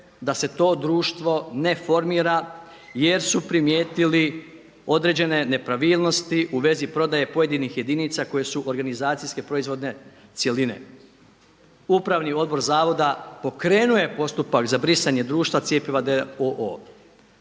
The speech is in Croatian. da se to društvo ne formira jer su primijetili određene nepravilnosti u vezi prodaje pojedinih jedinica koje su organizacijske, proizvodne cjeline. Upravni odbor zavoda pokrenuo je postupak za brisanje društva Cjepiva